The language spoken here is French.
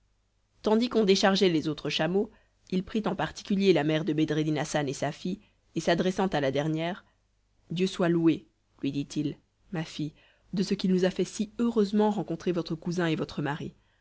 tandis qu'on déchargeait les autres chameaux il prit en particulier la mère de bedreddin hassan et sa fille et s'adressant à la dernière dieu soit loué lui dit-il ma fille de ce qu'il nous a fait si heureusement rencontrer votre cousin et votre mari